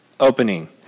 Opening